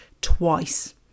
twice